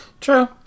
True